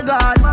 God